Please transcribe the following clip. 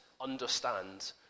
understand